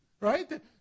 Right